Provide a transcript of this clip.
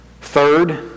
Third